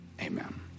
amen